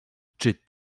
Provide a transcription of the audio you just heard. czy